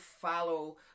follow